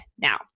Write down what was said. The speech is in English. now